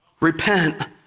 Repent